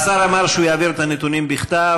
השר אמר שהוא יעביר את הנתונים בכתב.